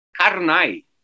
Karnai